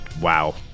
wow